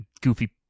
goofy